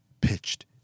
pitched